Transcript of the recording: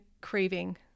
craving